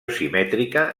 simètrica